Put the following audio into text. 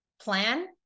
plan